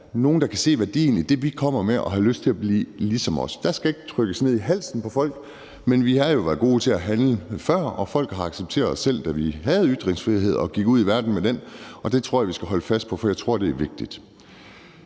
nogen, der kan se værdien i det, vi kommer med, og har lyst til at blive ligesom os. Der skal ikke proppes noget ned i halsen på folk, men vi har jo været gode til at handle før, og folk har accepteret os, selv da vi havde ytringsfrihed og gik ud i verden med den, og det tror jeg vi skal holde fast i, for jeg tror, det er vigtigt.